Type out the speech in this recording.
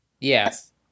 Yes